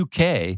UK